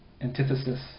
antithesis